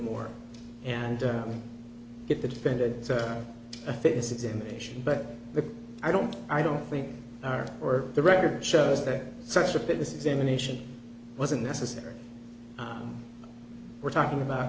more and get the defendants on a fitness examination but i don't i don't think our or the record shows that such a business examination wasn't necessary i'm we're talking about